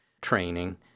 training